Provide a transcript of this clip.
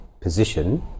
position